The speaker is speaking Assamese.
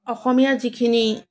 অসমীয়া যিখিনি